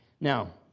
Now